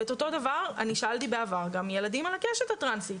את אותו הדבר אני שאלתי בעבר גם ילדים על הקשת הטרנסים,